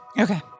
Okay